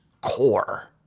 core